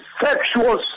sexual